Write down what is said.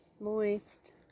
Moist